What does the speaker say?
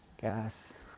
gas